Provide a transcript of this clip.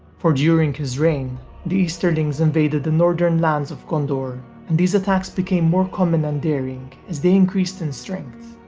for during his reign the easterlings invaded the northern lands of gondor and these attacks became more common and daring as they increased in strength,